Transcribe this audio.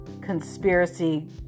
conspiracy